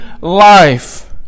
life